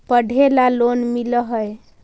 पढ़े ला लोन मिल है?